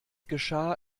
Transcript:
geschah